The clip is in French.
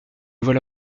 voilà